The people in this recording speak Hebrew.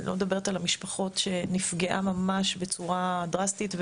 אני לא מדברת על המשפחות שנפגעו ממש בצורה דרסטית.